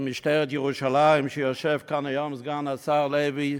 משטרת ירושלים, שיושב כאן היום, סגן השר לוי,